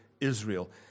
Israel